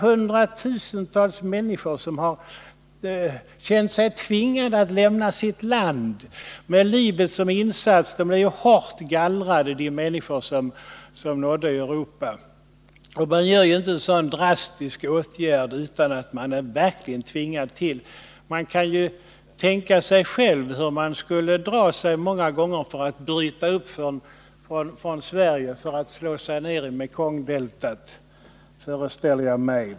Hundratusentals människor har känt sig tvingade att lämna sitt land med livet som insats — de människor som har nått Europa är ju en hårt gallrad minoritet. En så drastisk åtgärd som att fly från sitt land vidtar man inte om man inte verkligen är tvingad till det. Vi kan själva tänka oss in i hur svårt det skulle vara att bryta upp från Sverige för att slå oss ned i Mekongdeltat!